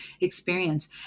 experience